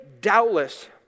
doubtless